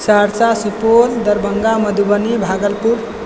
Saharsa Supaul Darbhanga Madhubani Bhagalpur